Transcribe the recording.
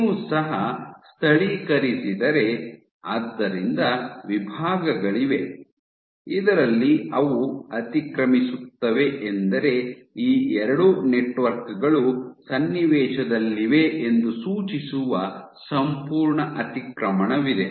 ನೀವು ಸಹ ಸ್ಥಳೀಕರಿಸಿದರೆ ಆದ್ದರಿಂದ ವಿಭಾಗಗಳಿವೆ ಇದರಲ್ಲಿ ಅವು ಅತಿಕ್ರಮಿಸುತ್ತವೆ ಎಂದರೆ ಈ ಎರಡು ನೆಟ್ವರ್ಕ್ ಗಳು ಸನ್ನಿವೇಶದಲ್ಲಿವೆ ಎಂದು ಸೂಚಿಸುವ ಸಂಪೂರ್ಣ ಅತಿಕ್ರಮಣವಿದೆ